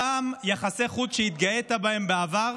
אותם יחסי חוץ שהתגאית בהם בעבר,